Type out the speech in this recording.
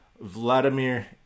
Vladimir